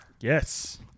Yes